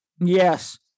Yes